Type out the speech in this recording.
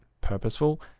purposeful